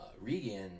Regan